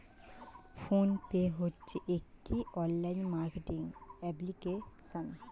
phone pay হচ্ছে একটি online marketing application